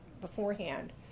beforehand